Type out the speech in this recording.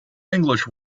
english